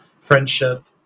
friendship